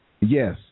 yes